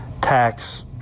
tax